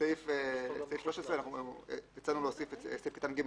בסעיף 13 הצענו להוסיף את סעיף קטן (ג)